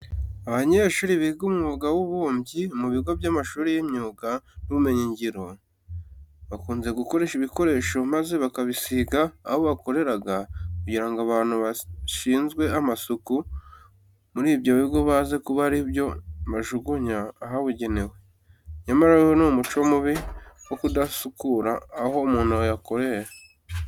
Abanyeshuri biga umwuga w'ububumbyi mu bigo by'amashuri y'imyuga n'ubumenyingiro, bakunze gukoresha ibikoresho maze bakabisiga aho bakoreraga kugira ngo abantu bashinzwe amasuku muri ibyo bigo baze kuba ari byo bajugunya ahabugenewe. Nyamara uyu ni umuco mubi wo kudasukura aho umuntu yakoreye.